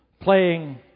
playing